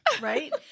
right